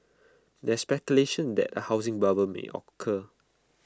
there's speculation that A housing bubble may occur